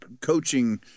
coaching